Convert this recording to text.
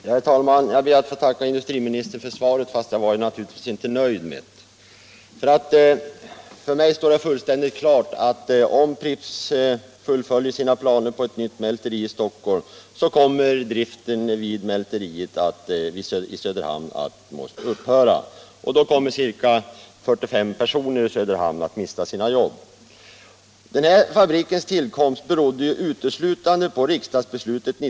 Herr talman! Jag ber att få tacka industriministern för svaret, fast jag är naturligtvis inte nöjd med det. För mig står det fullständigt klart att om Pripps fullföljer sina planer på ett nytt mälteri i Stockholm kommer driften vid mälteriet i Söderhamn att upphöra. Och då kommer ca 45 personer i Söderhamn att mista sina jobb.